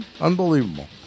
Unbelievable